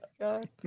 god